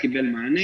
זה קיבל מענה.